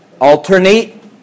Alternate